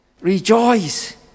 rejoice